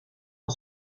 ont